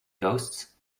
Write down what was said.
ghosts